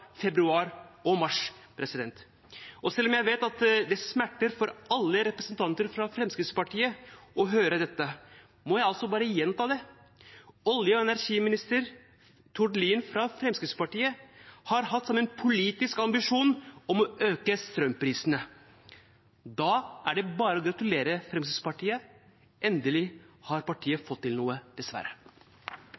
februar og mars? Og selv om jeg vet at det smerter alle representanter fra Fremskrittspartiet å høre det, må jeg gjenta det: Tidligere olje- og energiminister Tord Lien, fra Fremskrittspartiet, hadde som politisk ambisjon å øke strømprisene. Da er det bare å gratulere Fremskrittspartiet. Endelig har partiet